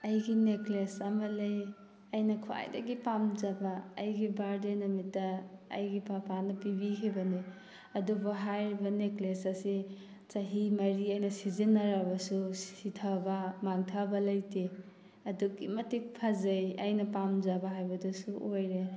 ꯑꯩꯒꯤ ꯅꯦꯀ꯭ꯂꯦꯁ ꯑꯃ ꯂꯩ ꯑꯩꯅ ꯈ꯭ꯋꯥꯏꯗꯒꯤ ꯄꯥꯝꯖꯕ ꯑꯩꯒꯤ ꯕꯥ꯭ꯔꯠ ꯗꯦ ꯅꯨꯃꯤꯠꯇ ꯑꯩꯒꯤ ꯄꯄꯥꯅ ꯄꯤꯕꯤꯈꯤꯕꯅꯦ ꯑꯗꯨꯕꯨ ꯍꯥꯏꯔꯤꯕ ꯅꯦꯀ꯭ꯂꯦꯁ ꯑꯁꯤ ꯆꯍꯤ ꯃꯔꯤ ꯑꯩꯅ ꯁꯤꯖꯤꯟꯅꯔꯕꯁꯨ ꯁꯤꯊꯕ ꯃꯥꯡꯊꯕ ꯂꯩꯇꯦ ꯑꯗꯨꯛꯀꯤ ꯃꯇꯤꯛ ꯐꯖꯩ ꯑꯩꯅ ꯄꯥꯝꯖꯕ ꯍꯥꯏꯕꯗꯨꯁꯨ ꯑꯣꯏꯔꯦ